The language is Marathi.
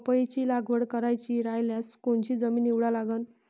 पपईची लागवड करायची रायल्यास कोनची जमीन निवडा लागन?